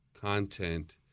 content